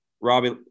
Robbie